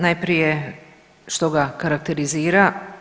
Najprije što ga karakterizira?